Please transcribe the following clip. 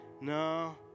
No